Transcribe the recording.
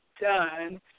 done